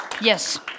yes